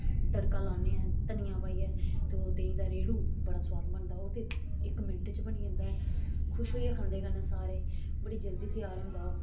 तड़का लान्नें आं धनिया पाइयै ते ओह् देहीं दा रेड़ू बड़ा सुआद बनदा ओह् ते इक मिंट्ट च बनी जंदा ऐ खुश होइयै खंदे कन्नै सारे बड़ी जल्दी त्यार होंदा ओह्